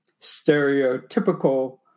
stereotypical